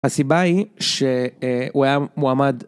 הסיבה היא שהוא היה מועמד.